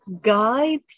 guide